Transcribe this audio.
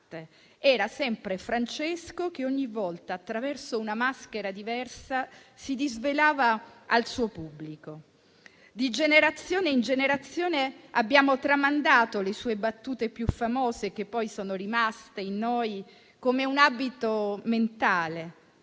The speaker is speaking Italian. era sempre Francesco che ogni volta, attraverso una maschera diversa, si disvelava al suo pubblico. Di generazione in generazione abbiamo tramandato le sue battute più famose che poi sono rimaste in noi come un abito mentale,